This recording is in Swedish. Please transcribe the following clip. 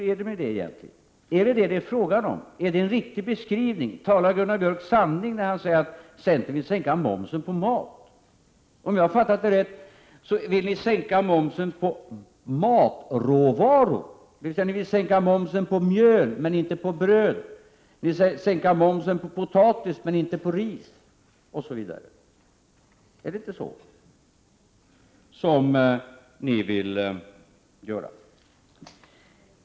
Är det detta som det är fråga om? Är det en riktig beskrivning, och talar Gunnar Björk sanning när han säger att centern vill sänka momsen på mat? Om jag har fattat det rätt, så vill ni sänka momsen på matråvaror, dvs. ni vill sänka momsen på mjöl men inte på bröd, på potatis men inte på ris osv. Är det inte så ni vill göra?